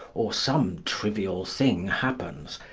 or some trivial thing happens,